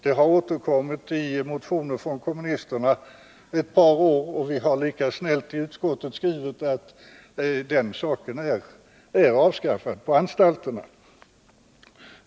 Detta har återkommit i motioner från kommunisterna ett par år, och vi har lika snällt i utskottet skrivit att denna isolering är avskaffad på anstalterna.